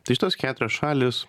tai šitos keturios šalys